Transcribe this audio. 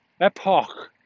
Epoch